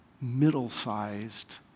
middle-sized